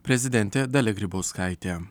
prezidentė dalia grybauskaitė